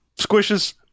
squishes